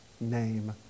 name